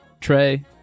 Trey